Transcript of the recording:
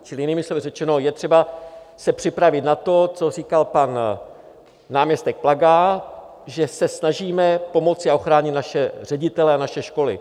Čili jinými slovy řečeno, je třeba se připravit na to, co říkal pan náměstek Plaga, že se snažíme pomoci a ochránit naše ředitele a naše školy.